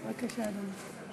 בבקשה, אדוני.